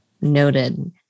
Noted